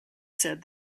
said